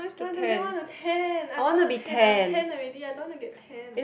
why do they want to tan I'm tan already I don't want to get tan